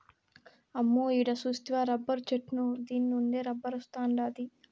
అమ్మో ఈడ సూస్తివా రబ్బరు చెట్టు దీన్నుండే రబ్బరొస్తాండాది